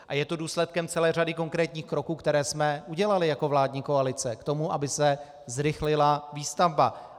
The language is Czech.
A je to důsledkem celé řady konkrétních kroků, které jsme udělali jako vládní koalice k tomu, aby se zrychlila výstavba.